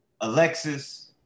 Alexis